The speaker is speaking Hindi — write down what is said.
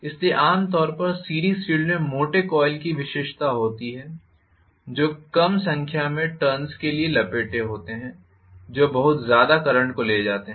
इसलिए आम तौर पर सीरीस फ़ील्ड में मोटे कॉइल की विशेषता होती है जो कम संख्या में टर्न्स के लिए लपेटे होते हैं जो बहुत ज़्यादा करंट को ले जाते हैं